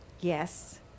yes